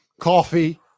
coffee